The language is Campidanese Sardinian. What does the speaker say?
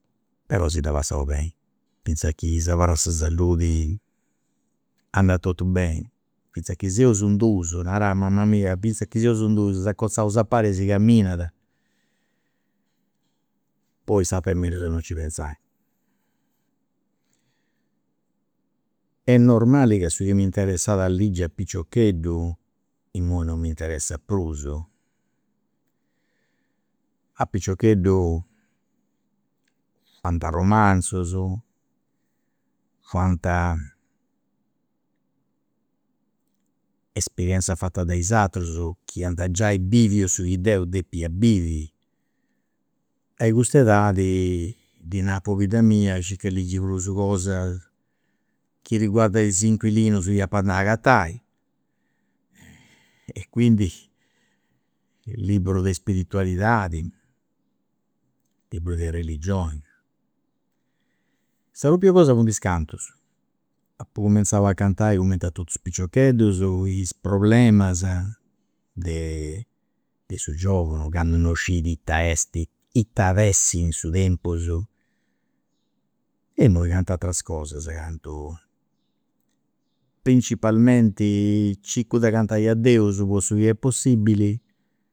Però si dda passaus beni, finzas chi s'abarrat sa saludi, andat totu beni, finzas chi seus in dus, narat mama mia, finzas chi seus in dus s'acozaus a pari e si caminat. poi s'aturu est mellus a non nci pensai. è normali chi su chi m'interessat a ligi a picioccheddu imui non m'interessat prus, a piciocheddu andat a romanzus, fuant esperienzia fatas de is aterus chi iant giai biviu su chi deu depia bivi, e a custa edadi, ddi nau a pobidda mia scisi ca ligi prus cosas chi riguardant prus is inquilinus chi apa andai a agatai e quindi liburus de spiritualidadi, liburus de religioni. Sa propriu cosa funt is cantus, apu cumenzau a cantai cumenti a totus is piciocheddus, is problemas de su giovunu candu non si scidi ita est, ita at essiri in su tempus, e imui cantu ateras cosa, cantu, principalmenti, circu de cantai a deus po su chi est possibili